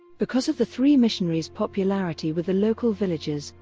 because of the three missionaries' popularity with the local villagers,